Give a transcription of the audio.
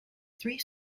three